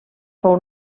fou